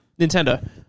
Nintendo